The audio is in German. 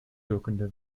wirkende